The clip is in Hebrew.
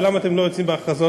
ולמה אתם לא יוצאים בהכרזות?